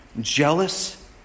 jealous